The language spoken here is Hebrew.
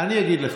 אני אגיד לך.